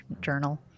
journal